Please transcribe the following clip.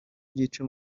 byica